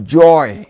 joy